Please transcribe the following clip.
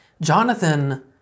Jonathan